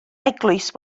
eglwys